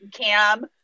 cam